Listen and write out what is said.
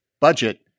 budget